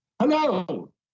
Hello